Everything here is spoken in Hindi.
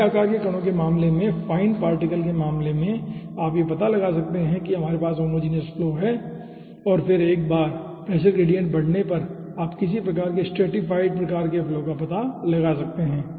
बड़े आकार के कणों के मामले में फाइन पार्टिकल के मामले में आप यह पता लगा सकते हैं कि हमारे पास होमोजिनियस फ्लो है और फिर एक बार प्रेशर ग्रेडिएंट बढ़ने पर आप किसी प्रकार की स्ट्रैटिफ़िएड प्रकार का फ्लो का पता लगा सकते हैं